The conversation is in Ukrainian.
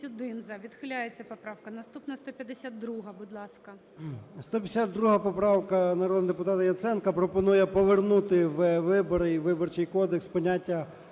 152 поправка народного депутата Яценка пропонує повернути у вибори і Виборчий кодекс поняття